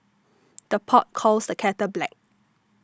the pot calls the kettle black